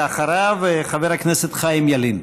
ואחריו, חבר הכנסת חיים ילין.